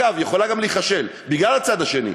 אגב, היא יכולה גם להיכשל, בגלל הצד השני.